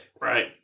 right